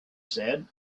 said